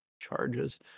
charges